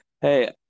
hey